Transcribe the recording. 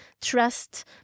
trust